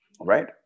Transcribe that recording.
Right